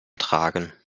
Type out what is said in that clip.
tragen